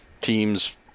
Teams